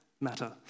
matter